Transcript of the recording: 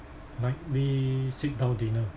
nightly sit down dinner